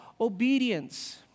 obedience